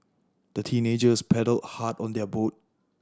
the teenagers paddled hard on their boat